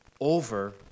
over